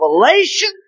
revelation